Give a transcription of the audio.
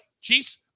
Chiefs